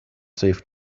safe